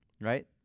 right